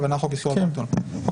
הכוונה לחוק איסור הלבנת הון --- חוק